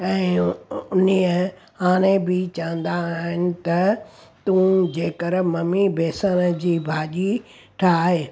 ऐं उन ई हाणे बि चवंदा आहिनि त तूं जेकर मम्मी बेसण जी भाॼी ठाहे